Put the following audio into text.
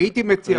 אני הייתי מציע,